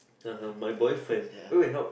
(uh huh) my boyfriend wait wait how